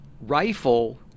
Rifle